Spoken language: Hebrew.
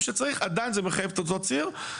עדיין זה מחייב את אותו ציר.